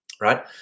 right